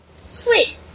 Sweet